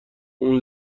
اون